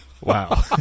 Wow